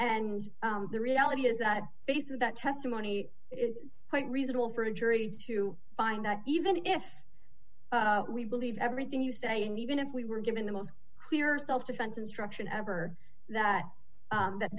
and the reality is that face of that testimony it's quite reasonable for a jury to find that even if we believe everything you say and even if we were given the most clear self defense instruction ever that that